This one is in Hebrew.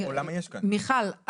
מיכל,